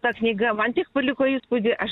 ta knyga man tiek paliko įspūdį aš